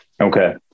Okay